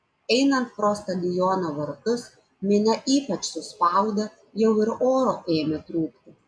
einant pro stadiono vartus minia ypač suspaudė jau ir oro ėmė trūkti